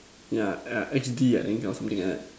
yeah uh X D I think or something like that